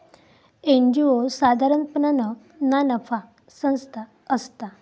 NGO साधारणपणान ना नफा संस्था असता